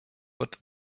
wird